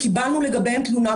שקיבלנו לגביהם תלונה,